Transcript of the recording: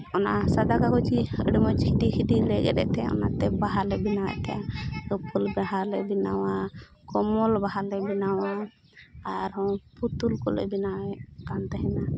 ᱚᱱᱟ ᱥᱟᱫᱟ ᱠᱟᱜᱚᱡᱽ ᱜᱮ ᱟᱹᱰᱤ ᱢᱚᱡᱽ ᱠᱷᱤᱫᱤ ᱠᱷᱤᱫᱤᱞᱮ ᱜᱮᱫ ᱮᱜ ᱛᱟᱦᱮᱸᱫ ᱚᱱᱟᱛᱮ ᱵᱟᱦᱟᱞᱮ ᱵᱮᱱᱟᱣᱮᱫ ᱛᱟᱦᱮᱸᱫ ᱩᱯᱟᱹᱞ ᱵᱟᱦᱟ ᱞᱮ ᱵᱮᱱᱟᱣᱟ ᱠᱚᱢᱚᱞ ᱵᱟᱦᱟ ᱞᱮ ᱵᱮᱱᱟᱣᱟ ᱟᱨᱦᱚᱸ ᱯᱩᱛᱩᱞ ᱠᱚᱞᱮ ᱵᱮᱱᱟᱣᱮᱫ ᱠᱟᱱ ᱛᱟᱦᱮᱱᱟ